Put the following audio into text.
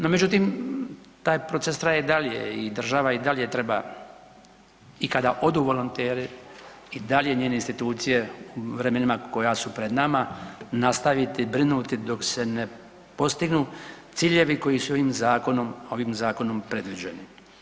No međutim taj proces traje i dalje i država i dalje treba i kada odu volonteri i dalje njene institucije u vremenima koja su pred nama nastaviti brinuti dok se ne postignu ciljevi koji su ovim zakonom predviđeni.